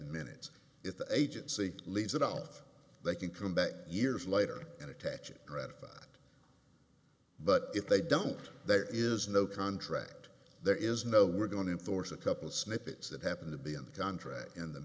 minutes if the agency leaves it off they can come back years later and attach it ratified but if they don't there is no contract there is no we're going to force a couple snippets that happened to be in the contract in the